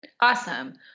Awesome